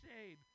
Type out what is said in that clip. shade